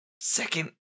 Second